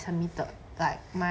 terminated like my